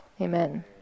amen